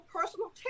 personal